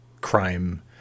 crime